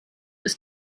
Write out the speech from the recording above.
ist